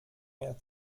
mehr